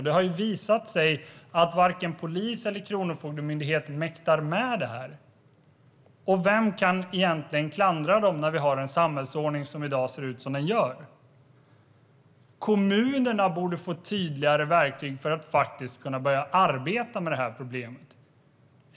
Det har visat sig att varken polisen eller Kronofogdemyndigheten mäktar med det här. Vem kan egentligen klandra dem när samhällsordningen ser ut som den gör i dag? Kommunerna borde få tydligare verktyg för att kunna börja arbeta med problemet.